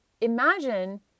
imagine